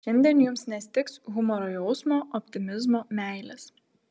šiandien jums nestigs humoro jausmo optimizmo meilės